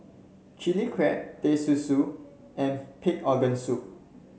Chili Crab Teh Susu and Pig Organ Soup